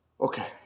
okay